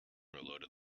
reloaded